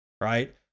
right